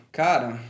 cara